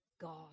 God